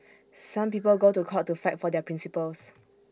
some people go to court to fight for their principles